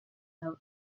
note